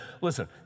listen